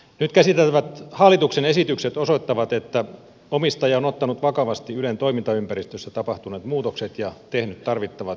nyt käsiteltävät hallituksen esitykset osoittavat että omistaja on ottanut vakavasti ylen toimintaympäristössä tapahtuneet muutokset ja tehnyt tarvittavat johtopäätökset